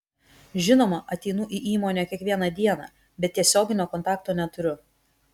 žinoma ateinu į įmonę kiekvieną dieną bet tiesioginio kontakto neturiu